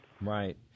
Right